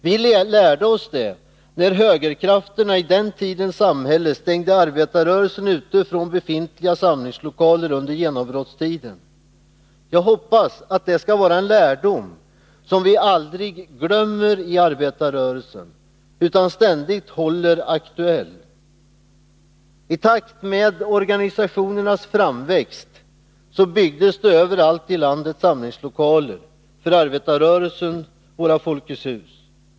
Vi lärde oss detta, när högerkrafterna i den tidens samhälle och under genombrottstiden stängde arbetarrörelsen ute från befintliga samlingslokaler. Jag hoppas att det skall vara en lärdom som vi inom arbetarrörelsen aldrig glömmer utan ständigt håller aktuell. I takt med organisationernas framväxt byggdes överallt i landet samlingslokaler. För arbetarrörelsen byggdes Folkets hus.